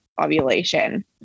ovulation